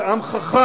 זה עם חכם,